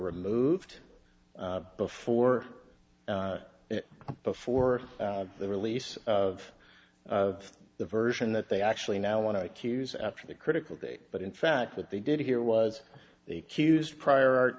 removed before before the release of the version that they actually now want to accuse after the critical date but in fact that they did here was the cutest prior